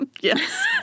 Yes